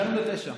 הגענו ל-9.